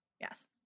yes